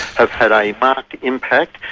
have had a marked impact,